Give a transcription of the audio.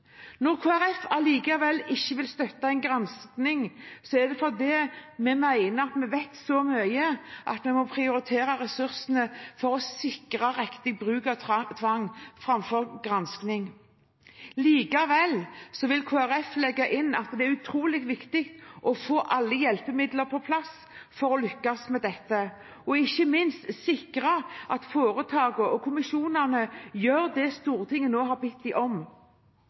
Når Kristelig Folkeparti likevel ikke vil støtte forslaget om en gransking, er det fordi vi mener at vi vet så mye at vi må prioritere ressursene for å sikre riktig bruk av tvang framfor å ha en gransking. Likevel vil Kristelig Folkeparti legge inn at det er utrolig viktig å få alle hjelpemidler på plass for å lykkes med dette, og ikke minst å sikre at foretakene og kommisjonene gjør det som Stortinget nå har bedt dem om.